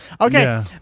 Okay